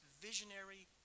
visionary